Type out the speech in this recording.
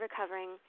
recovering